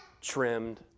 trimmed